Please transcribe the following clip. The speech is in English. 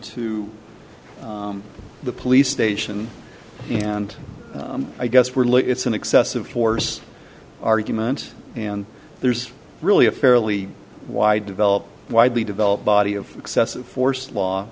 to the police station and i guess we're look it's an excessive force argument and there's really a fairly wide developed widely developed body of excessive force law